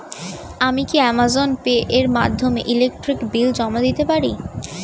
আমি কি Amazon Pay এর মাধ্যমে ইলেকট্রিক বিল জমা দিতে পারি?